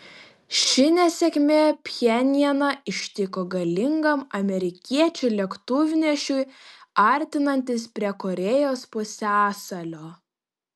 ši nesėkmė pchenjaną ištiko galingam amerikiečių lėktuvnešiui artinantis prie korėjos pusiasalio